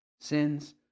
sins